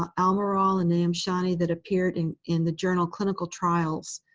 um almirall, and nahum-shani that appeared in in the journal clinical trials.